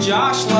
Josh